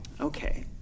Okay